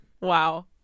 Wow